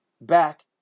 back